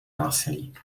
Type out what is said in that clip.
násilí